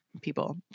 people